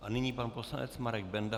A nyní pan poslanec Marek Benda.